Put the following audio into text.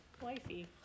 wifey